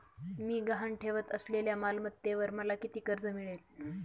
मी गहाण ठेवत असलेल्या मालमत्तेवर मला किती कर्ज मिळेल?